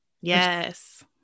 Yes